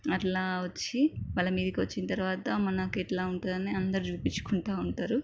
అట్లా వచ్చి వాళ్ళ మీదకి వచ్చిన తరవాత మనకి ఎట్లా ఉంటుందనే అందరు చూపించుకుంటూ ఉంటారు